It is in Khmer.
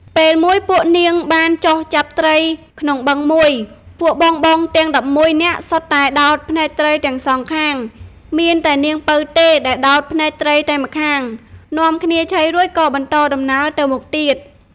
ពេលមួយពួកនាងបានចុះចាប់ត្រីក្នុងបឹងមួយ ពួកបងៗទាំង១១នាក់សុទ្ធតែដោតភ្នែកត្រីទាំងសងខាង មានតែនាងពៅទេដែលដោតភ្នែកត្រីតែម្ខាង នាំគ្នាឆីរួចក៏បន្តដំណើរទៅមុខទៀត។